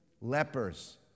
lepers